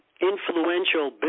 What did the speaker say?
influential